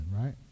right